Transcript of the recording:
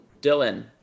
Dylan